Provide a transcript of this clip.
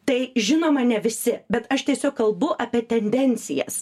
tai žinoma ne visi bet aš tiesiog kalbu apie tendencijas